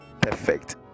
perfect